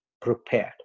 prepared